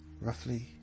Roughly